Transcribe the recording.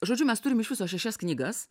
žodžiu mes turim iš viso šešias knygas